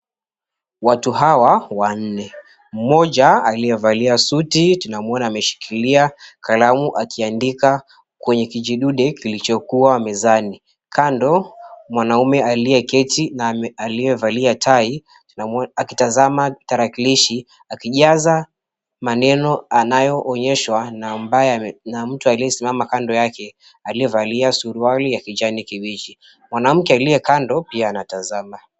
Watu hawa wanne. Mmoja aliyevalia suti tunamwona ameshikilia kalamu akiandika kwenye kijidude kilichokuwa mezani. Kando mwanaume aliyeketi na aliyevalia tai akitazama tarakilishi akijaza maneno anayoonyeshwa na mtu aliyesimama kando yake aliyevalia suruali ya kijani kibichi. Mwanamke aliye kando pia anatazama.